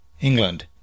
England